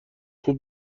خوب